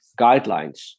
guidelines